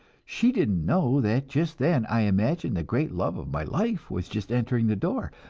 she didn't know that just then i imagined the great love of my life was just entering the door.